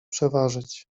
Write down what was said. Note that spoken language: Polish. przeważyć